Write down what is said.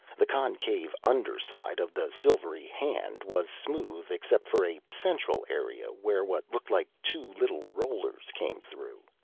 the concave underside of the silvery hand was smooth except for a central area where what looked like two little rollers came through.